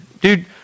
dude